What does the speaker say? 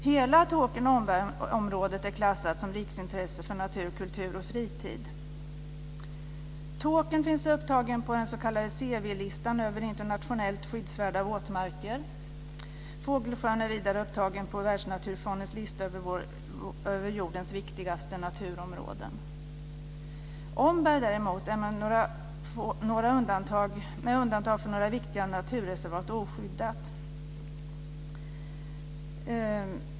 Hela Tåkern-Omberg-området är klassat som riksintresse för natur, kultur och fritid. Tåkern finns upptagen på den s.k. CW-listan över internationellt skyddsvärda våtmarker. Fågelsjön är vidare upptagen på Världsnaturfondens lista över jordens viktigaste naturområden. Omberg är däremot, med undantag för några få mindre naturreservat, oskyddat.